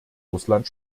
russland